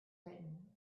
written